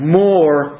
more